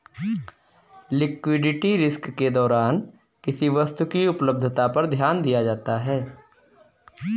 liquidity risk के दौरान किसी वस्तु की उपलब्धता पर ध्यान दिया जाता है